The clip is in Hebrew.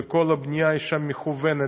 וכל הבנייה שם היא מכוונת,